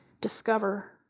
discover